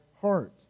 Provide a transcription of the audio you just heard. heart